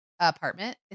apartment